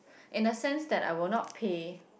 in a sense that I will not pay